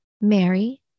Mary